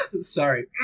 Sorry